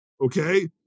Okay